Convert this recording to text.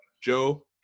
Joe